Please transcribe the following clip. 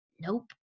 Nope